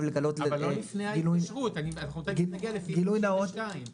תכף נגיע לאופי ההתקשרות.